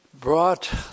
brought